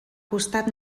costat